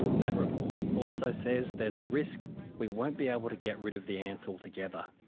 that report also says there's a risk we won't be able to get rid of the ants altogether.